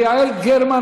ויעל גרמן,